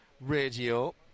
Radio